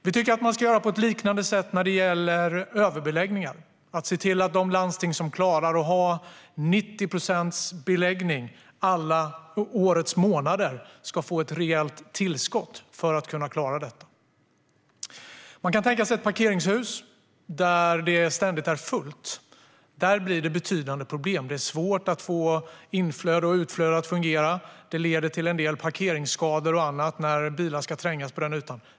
Vi tycker att man ska göra på ett liknande sätt när det gäller överbeläggningen. De landsting som klarar att ha 90 procents beläggning alla årets månader ska få ett rejält tillskott för att kunna klara detta. Man kan tänka sig ett parkeringshus där det ständigt är fullt. Där blir det betydande problem. Det är svårt att få inflöde och utflöde att fungera. Det leder till en del parkeringsskador och annat när bilar ska trängas på den ytan.